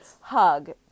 Hug